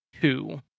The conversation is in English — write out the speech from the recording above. Two